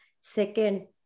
Second